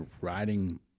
riding